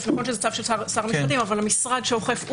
זה בצו של משרד המשפטים אבל המשרד שאוכף,